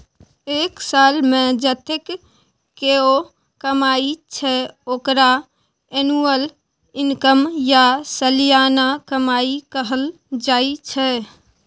एक सालमे जतेक केओ कमाइ छै ओकरा एनुअल इनकम या सलियाना कमाई कहल जाइ छै